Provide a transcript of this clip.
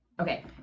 Okay